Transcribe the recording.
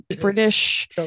British